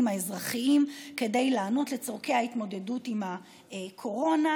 האזרחיים כדי לענות על צורכי ההתמודדות עם הקורונה,